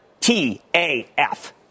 TAF